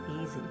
easy